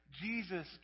Jesus